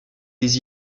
des